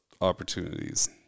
opportunities